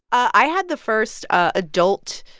i had the first adult,